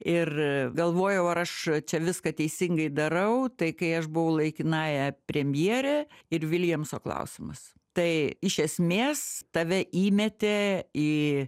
ir galvojau ar aš čia viską teisingai darau tai kai aš buvau laikinąja premjere ir viljamso klausimas tai iš esmės tave įmetė į